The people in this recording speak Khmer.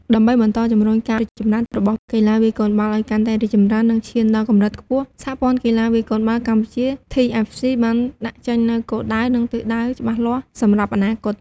ដើម្បីបន្តជំរុញការរីកចម្រើនរបស់កីឡាវាយកូនបាល់ឱ្យកាន់តែរីកចម្រើន និងឈានដល់កម្រិតខ្ពស់ សហព័ន្ធកីឡាវាយកូនបាល់កម្ពុជា TFC បានដាក់ចេញនូវគោលដៅ និងទិសដៅច្បាស់លាស់សម្រាប់អនាគត។